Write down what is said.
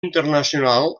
internacional